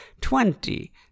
twenty